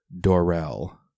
Dorel